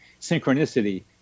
synchronicity